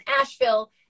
Asheville